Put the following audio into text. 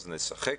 אז נשחק,